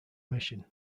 mission